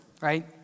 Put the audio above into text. right